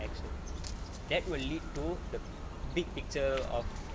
actions that will lead to the big picture of